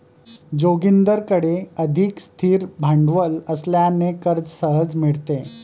जोगिंदरकडे अधिक स्थिर भांडवल असल्याने कर्ज सहज मिळते